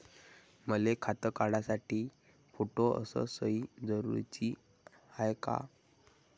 मले खातं काढासाठी फोटो अस सयी जरुरीची हाय का?